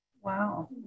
Wow